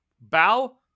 bow